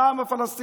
על העם הפלסטיני,